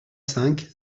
cinq